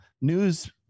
news